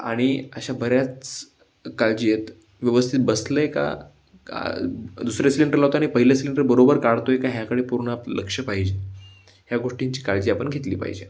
आणि अशा बऱ्याच काळजी आहेत व्यवस्थित बसलं आहे का दुसरं सिलेंडर लावताना आणि पहिले सिलेंडर बरोबर काढतो आहे का ह्याकडे पूर्ण आपलं लक्ष पाहिजे ह्या गोष्टींची काळजी आपण घेतली पाहिजे